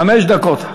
חמש דקות.